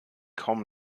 kaum